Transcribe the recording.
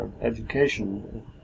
education